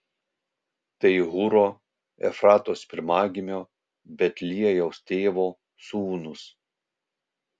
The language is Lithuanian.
tai hūro efratos pirmagimio betliejaus tėvo sūnūs